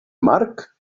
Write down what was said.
marc